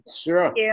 Sure